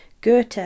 Goethe